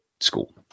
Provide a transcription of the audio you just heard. school